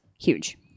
huge